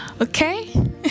Okay